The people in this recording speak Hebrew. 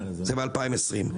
זה ב- 2020,